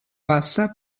passa